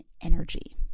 energy